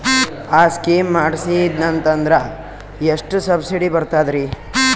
ಆ ಸ್ಕೀಮ ಮಾಡ್ಸೀದ್ನಂದರ ಎಷ್ಟ ಸಬ್ಸಿಡಿ ಬರ್ತಾದ್ರೀ?